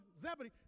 Zebedee